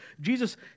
Jesus